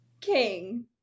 King